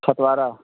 ठकवाड़ा